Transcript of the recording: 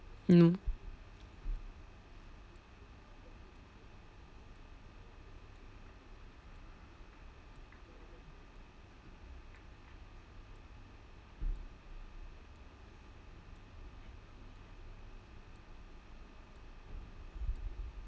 no